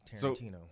Tarantino